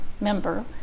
member